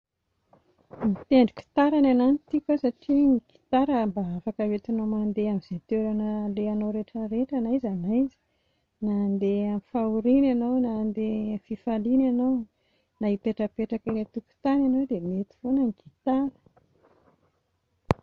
Mitendry gitara ny anà no tiako a satria ny gitara mba afaka hoentinao mandeha amin'izay toerana alehanao rehetrarehetra na aiza na aiza na handeha amin'ny fahoriana ianao, na handeha amin'ny fifaliana ianao na hipetrapetraka eny an-tokotany ianao dia mety foana ny gitara